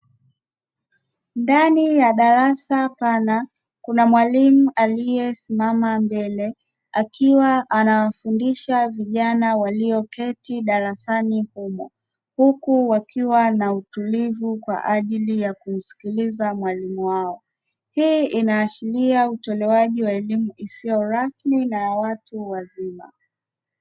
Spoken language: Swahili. Ndani ya darasa pana kuna mwalimu aliyesimama mbele, akiwa anawafundisha vijana waliketi darasani humo, huku wakiwa na utulivu kwa ajili ya kumsikiliza mwalimu wao. Hii inaashiria utolewaji wa elimu isiyo rasmi na ya watu wazima.